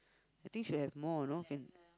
I think should have more you know can